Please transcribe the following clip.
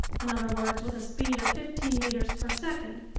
in other words, with a speed of fifteen meters per second,